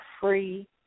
free